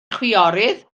chwiorydd